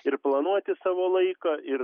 ir planuoti savo laiką ir